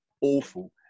awful